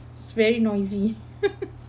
it's very noisy